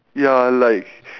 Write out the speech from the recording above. ya like